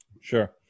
Sure